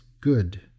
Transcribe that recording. good